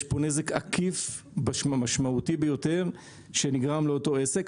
יש פה נזק עקיף משמעותי ביותר שנגרם לאותו עסק,